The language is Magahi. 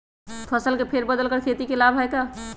फसल के फेर बदल कर खेती के लाभ है का?